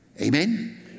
Amen